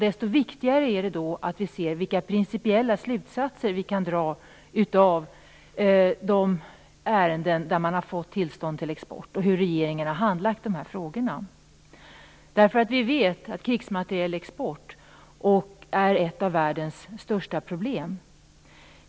Desto viktigare är det då att vi ser vilka principiella slutsatser som vi kan dra av de ärenden där tillstånd till export har getts och hur regeringen har handlagt dessa frågor. Vi vet nämligen att krigsmaterielexport är ett av världens största problem.